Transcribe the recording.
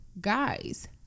guys